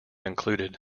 included